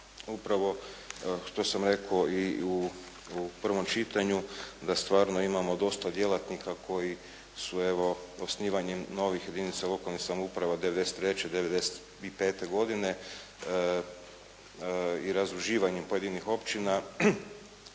upravo što sam rekao i u prvom čitanju, da stvarno imamo dosta djelatnika koji su evo osnivanjem novih jedinica lokalne samouprave '93. i '95. godine, i razdruživanju pojedinih općina